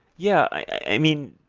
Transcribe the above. yeah. i mean,